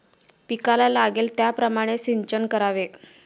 पिकाला लागेल त्याप्रमाणे सिंचन करावे